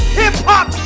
hip-hop